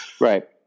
Right